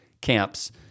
camps